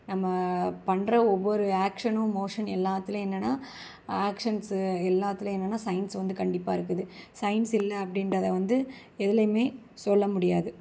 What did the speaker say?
நம்ம பண்ணுற ஒவ்வொரு ஆக்ஷனும் மோஷன் எல்லாத்திலியும் என்னென்னா ஆக்ஷன்ஸு எல்லாத்திலியும் என்னென்னா சயின்ஸ் வந்து கண்டிப்பாக இருக்குது சயின்ஸ் இல்லை அப்படின்றதை வந்து எதிலையுமே சொல்லமுடியாது